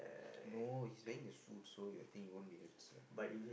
no he's wearing a suit so ya I think he won't be hurts lah ya